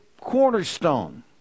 cornerstone